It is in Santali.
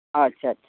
ᱟᱪᱪᱷᱟ ᱟᱪᱪᱷᱟ